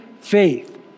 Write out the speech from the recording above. faith